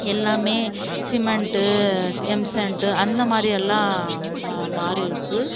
எல்லாமே cement M sand அந்த மாதிரி எல்லாம் ம மாறி இருக்குது